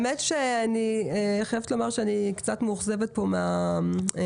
אני חייבת לומר שאני קצת מאוכזבת מהתשובות.